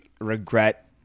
regret